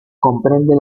comprende